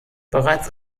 bereits